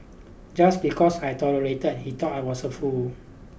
just because I tolerated he thought I was a fool